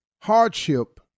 hardship